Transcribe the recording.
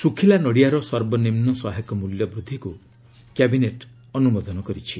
ଶୁଖିଲା ନଡ଼ିଆର ସର୍ବନିମ୍ନ ସହାୟକ ମୂଲ୍ୟ ବୃଦ୍ଧିକୁ କ୍ୟାବିନେଟ୍ ଅନୁମୋଦନ କରିଛି